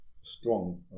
strong